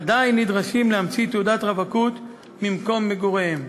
עדיין נדרשים להמציא תעודת רווקות במקום מגוריהם.